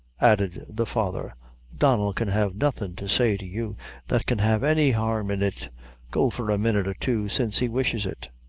added the father donnel can have nothing to say to you that can have any harm in it go for a minute or two, since he wishes it.